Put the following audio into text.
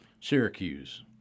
Syracuse